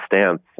stance